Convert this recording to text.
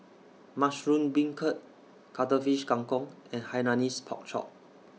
Mushroom Beancurd Cuttlefish Kang Kong and Hainanese Pork Chop